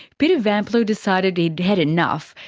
peter vamplew decided he'd had enough.